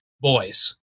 boys